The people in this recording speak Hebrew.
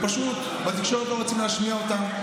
פשוט בתקשורת לא רוצים להשמיע אותם.